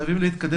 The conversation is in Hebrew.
אני חייבת לספר